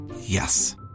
Yes